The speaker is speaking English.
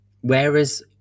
whereas